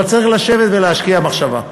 אבל צריך לשבת ולהשקיע מחשבה.